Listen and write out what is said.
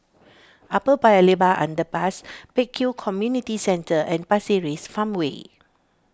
Upper Paya Lebar Underpass Pek Kio Community Centre and Pasir Ris Farmway